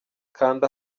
kanda